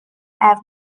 have